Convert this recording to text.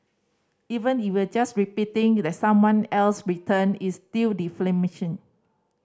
even if you were just repeating that someone else written it's still